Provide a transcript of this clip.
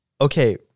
okay